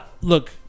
look